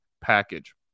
package